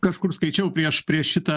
kažkur skaičiau prieš prieš šitą